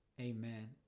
amen